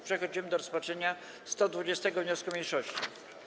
Przechodzimy do rozpatrzenia 120. wniosku mniejszości.